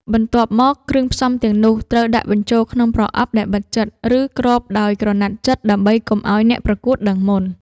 បន្ទាប់មក គ្រឿងផ្សំទាំងនោះត្រូវដាក់បញ្ចូលក្នុងប្រអប់ដែលបិទជិត ឬគ្របដោយក្រណាត់ជិតដើម្បីកុំឱ្យអ្នកប្រកួតដឹងមុន។